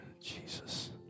Jesus